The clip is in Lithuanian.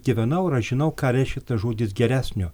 gyvenau ir aš žinau ką reiškia tas žodis geresnio